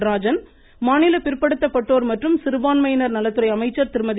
நடராஜன் மாநில பிற்படுத்தப்பட்டோர் மற்றும் சிறுபான்மையின நலத்துறை அமைச்சர் திருமதி